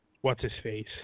What's-His-Face